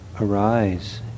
arise